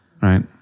right